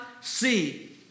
see